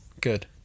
Good